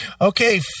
Okay